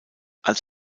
als